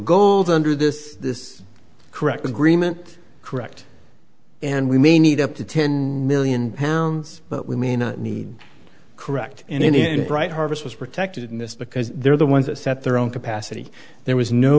goals under this this correct agreement correct and we may need up to ten million pounds but we may not need correct and bright harvest was protected in this because they're the ones that set their own capacity there was no